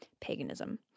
paganism